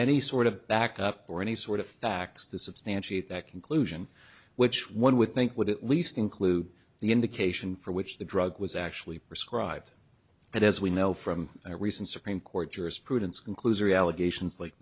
any sort of backup or any sort of facts to substantiate that conclusion which one would think would at least include the indication for which the drug was actually prescribed but as we know from a recent supreme court jurisprudence conclusory allegations like